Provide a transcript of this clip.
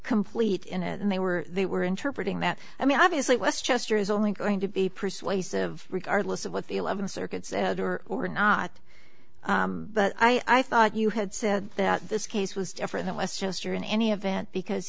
complete in it and they were they were interpreting that i mean obviously westchester is only going to be persuasive regardless of what the eleventh circuits are or not but i thought you had said that this case was different it was just or in any event because